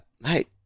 Mate